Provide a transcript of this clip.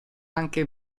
anche